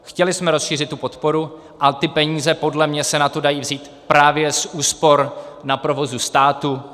Chtěli jsme rozšířit tu podporu a peníze podle mě se na to dají vzít právě z úspor na provozu státu.